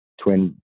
twin